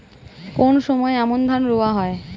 কোন সময় আমন ধান রোয়া হয়?